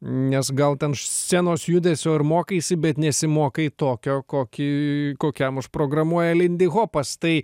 nes gal ten š scenos judesio ir mokaisi bet nesimokai tokio kokį kokiam užprogramuoja lindihopas tai